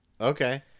Okay